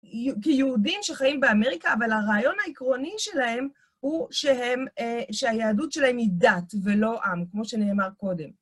כיהודים שחיים באמריקה, אבל הרעיון העקרוני שלהם הוא שהיהדות שלהם היא דת ולא עם, כמו שנאמר קודם.